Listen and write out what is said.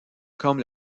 comme